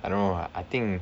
I don't know lah I think